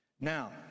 Now